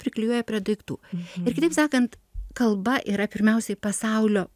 priklijuoja prie daiktų ir kitaip sakant kalba yra pirmiausiai pasaulio